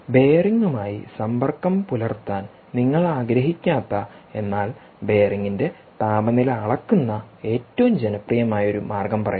ബെയറിംഗുമായി സമ്പർക്കം പുലർത്താൻ നിങ്ങൾ ആഗ്രഹിക്കാത്ത എന്നാൽ ബെയറിംഗിന്റെ താപനില അളക്കുന്ന ഏറ്റവും ജനപ്രിയമായ ഒരു മാർഗ്ഗം പറയുക